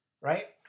right